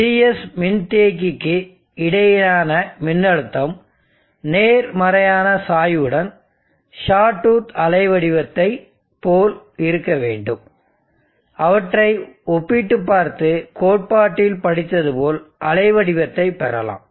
Cs மின்தேக்கிக்கு இடையேயான மின்னழுத்தம் நேர்மறையான சாய்வுடன் ஷாட் டூத் அலைவடிவத்தைப் போல இருக்க வேண்டும் அவற்றை ஒப்பிட்டுப் பார்த்து கோட்பாட்டில் படித்தது போல் அலைவடிவத்தைப் பெறலாம்